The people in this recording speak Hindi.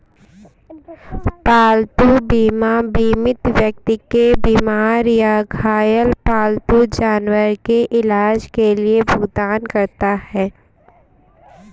पालतू बीमा बीमित व्यक्ति के बीमार या घायल पालतू जानवर के इलाज के लिए भुगतान करता है